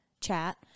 chat